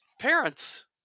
parents